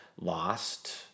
lost